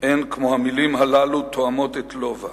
אין כמו המלים הללו תואמות את לובה,